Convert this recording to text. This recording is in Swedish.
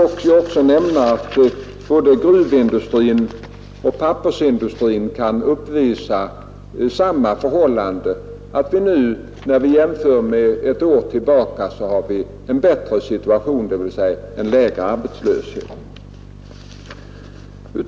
Vidare kan nämnas att både gruvindustrin och pappersindustrin uppvisar samma förhållande, att vi nu, när vi jämför med förhållandet ett år tillbaka, har en bättre situation, dvs. en lägre arbetslöshet.